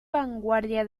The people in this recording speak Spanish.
vanguardia